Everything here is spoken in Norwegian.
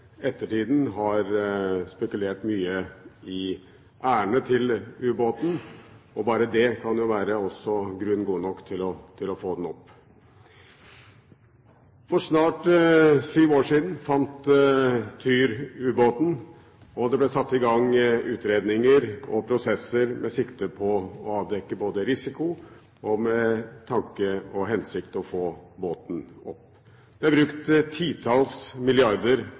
Ettertiden har spekulert mye i ærendet til ubåten, og bare det kan være grunn god nok til å få den opp. For snart sju år siden fant «Tyr» ubåten, og det ble satt i gang utredninger og prosesser med sikte på å avdekke risiko med tanke på og i den hensikt å få båten opp. Det er brukt titalls